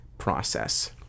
process